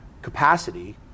Capacity